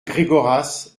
gregoras